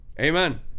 Amen